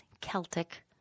Celtic